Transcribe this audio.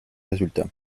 résultats